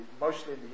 mostly